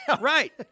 Right